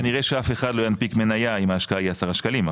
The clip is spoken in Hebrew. כנראה שאף אחד לא ינפיק מניה אם ההשקעה היא 10 שקלים,